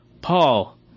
Paul